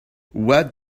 what